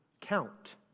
count